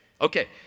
Okay